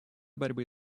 борьбы